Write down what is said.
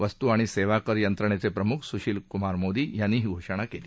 वस्तू आणि सेवाकर यंत्रणेचे प्रमुख सुशील कुमार मोदी यांनी ही घोषणा केली